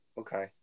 Okay